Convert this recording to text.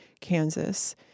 Kansas